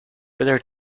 better